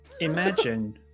Imagine